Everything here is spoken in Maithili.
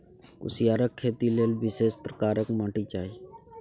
कुसियारक खेती लेल विशेष प्रकारक माटि चाही